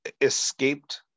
escaped